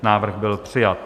Návrh byl přijat.